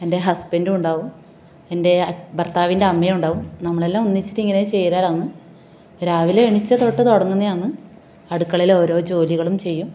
എൻ്റെ ഹസ്ബൻഡും ഉണ്ടാവും എൻ്റെ അ ഭർത്താവിൻ്റെ അമ്മയുമുണ്ടാവും നമ്മളെല്ലാം ഒന്നിച്ചിട്ട് ഇങ്ങനെ ചെയ്താലാണ് രാവിലെ എണീച്ചത് തൊട്ട് തുടങ്ങുന്നതാണ് അടുക്കളയിലെ ഓരോ ജോലികളും ചെയ്യും